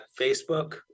Facebook